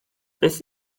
beth